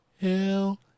hell